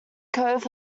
cove